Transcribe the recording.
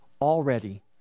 Already